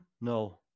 no